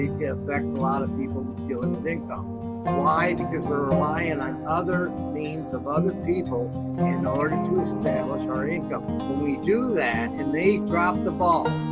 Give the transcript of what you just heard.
that's a lot of people dealing with ah why? because we're relying on other means of other people in order to establish our income. we do that, and they drop the ball,